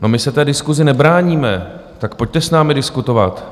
No my se té diskusi nebráníme, tak pojďte s námi diskutovat.